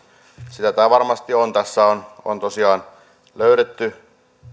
sitä tämä varmasti on tässä on on tosiaan löydetty